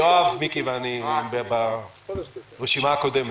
יואב, מיקי ואני, ברשימה הקודמת.